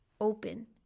open